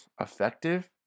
effective